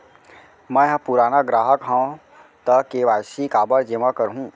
मैं ह पुराना ग्राहक हव त के.वाई.सी काबर जेमा करहुं?